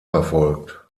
verfolgt